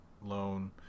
loan